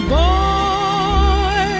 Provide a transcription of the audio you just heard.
boy